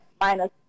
minus